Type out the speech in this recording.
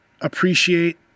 appreciate